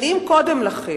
שנים קודם לכן,